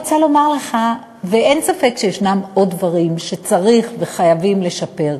אין ספק שיש עוד דברים שצריך וחייבים לשפר,